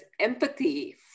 empathy